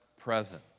present